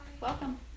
welcome